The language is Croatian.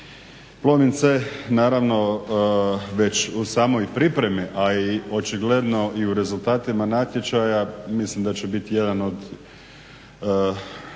Plomin C naravno već u samoj pripremi a i očigledno u rezultatima natječaja mislim da će biti jedan od